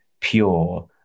pure